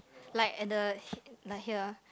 like at the h~ like here